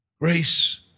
grace